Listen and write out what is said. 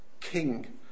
king